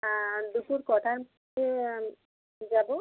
হ্যাঁ দুপুর কটার আমি যাবো